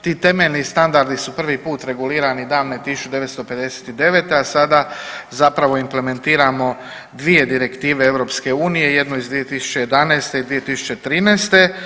Ti temeljni standardi su prvi put regulirani davne 1959. a sada zapravo implementiramo dvije direktive EU, jednu iz 2011. i 2013.